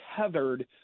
tethered